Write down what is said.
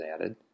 added